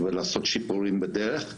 ולעשות שיפורים בדרך.